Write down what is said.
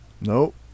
Nope